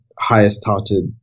highest-touted